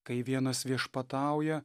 kai vienas viešpatauja